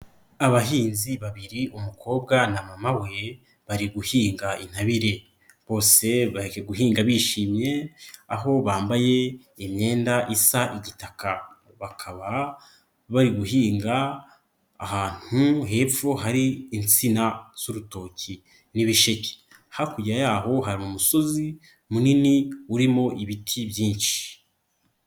Abahinzi babiri umukobwa na mama we bari guhinga intabire, bose bari guhinga bishimye aho bambaye imyenda isa igitaka, bakaba bari guhinga ahantu hepfo hari insina z'urutoki n'ibisheke, hakurya y'aho hari umusozi munini urimo ibiti byinshi.